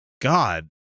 God